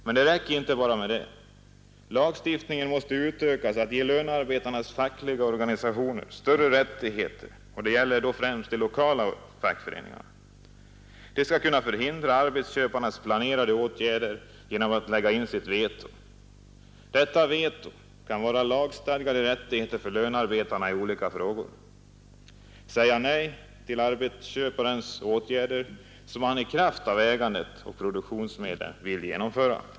Men det räcker inte bara med det. Lagstiftningen måste utökas till att ge lönearbetarnas fackliga organisationer större rättigheter. Det gäller då främst de lokala fackföreningarna. De skall kunna förhindra av arbetsköparen planerade åtgärder genom att lägga in sitt veto. Detta veto skall alltså vara en lagstadgad rättighet för lönearbetarna att säga nej till åtgärder som arbetsköparen vill genomföra i kraft av att han äger produktionsmedlen.